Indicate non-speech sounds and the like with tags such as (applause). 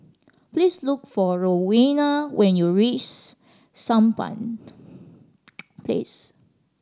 please look for Rowena when you (unintelligible) Sampan Place